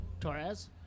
torres